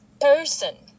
Person